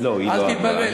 אל תתבלבל,